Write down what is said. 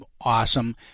awesome